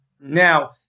Now